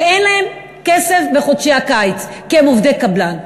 ואין להם כסף בחודשי הקיץ כי הם עובדי קבלן.